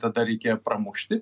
tada reikia pramušti